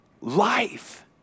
life